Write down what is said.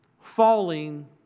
falling